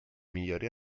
migliori